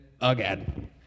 again